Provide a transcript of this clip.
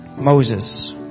Moses